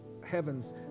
heavens